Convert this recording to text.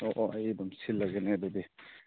ꯑꯣ ꯑꯣ ꯑꯩ ꯑꯗꯨꯝ ꯁꯤꯜꯂꯒꯦꯅꯦ ꯑꯗꯨꯗꯤ